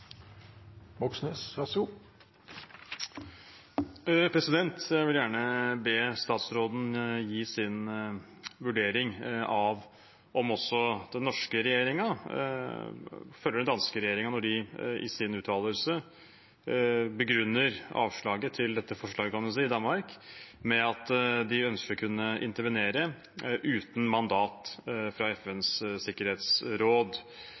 Jeg vil gjerne be utenriksministeren gi sin vurdering av om den norske regjeringen følger den danske når de i sin uttalelse begrunner avslaget knyttet til dette forslaget i Danmark med at de ønsker å kunne intervenere uten mandat fra FNs sikkerhetsråd.